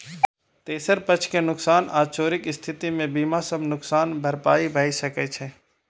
तेसर पक्ष के नुकसान आ चोरीक स्थिति मे बीमा सं नुकसानक भरपाई भए सकै छै